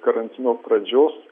karantino pradžios